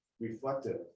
reflective